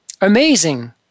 amazing